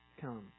come